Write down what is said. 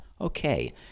Okay